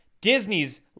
Disney's